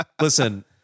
Listen